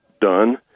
done